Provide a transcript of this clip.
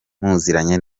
muziranye